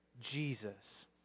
Jesus